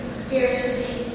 scarcity